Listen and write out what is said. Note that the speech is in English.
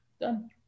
done